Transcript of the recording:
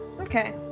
Okay